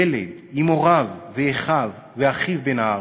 ילד, עם הוריו ואחיו בן הארבע?